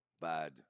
bad